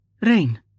Rain